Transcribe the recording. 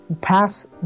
pass